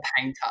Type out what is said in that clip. painter